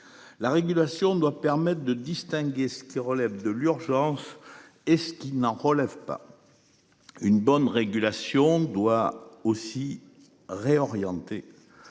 La régulation doit permettre de distinguer ce qui relève de l'urgence et ceux qui n'en relève pas. Une bonne régulation doit aussi réorienter.